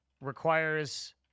Requires